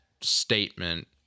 statement